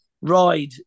Ride